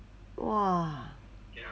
!wah!